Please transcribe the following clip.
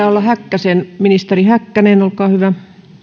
olla häkkäsen ministeri häkkänen olkaa hyvä